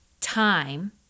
time